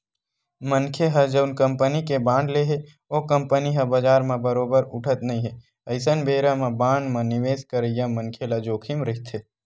मनखे ह जउन कंपनी के बांड ले हे ओ कंपनी ह बजार म बरोबर उठत नइ हे अइसन बेरा म बांड म निवेस करइया मनखे ल जोखिम रहिथे